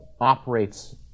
operates